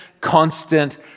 constant